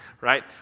right